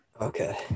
Okay